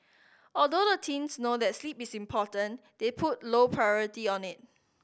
although the teens know that sleep is important they put low priority on it